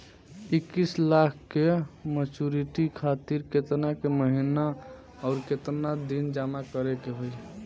इक्कीस लाख के मचुरिती खातिर केतना के महीना आउरकेतना दिन जमा करे के होई?